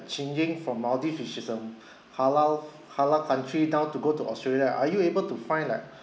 changing from maldives which is a halal halal country now to go to australia are you able to find like